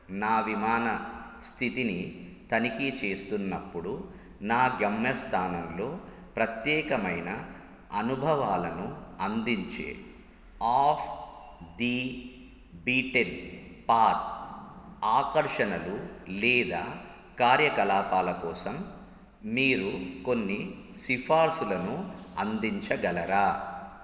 నా విమాన స్థితిని తనిఖీ చేస్తున్నప్పుడు నా గమ్యస్థానంలో ప్రత్యేకమైన అనుభవాలను అందించే ఆఫ్ ది బీటెన్ పాత్ ఆకర్షణలు లేదా కార్యకలాపాల కోసం మీరు కొన్ని సిఫార్సులను అందించగలరా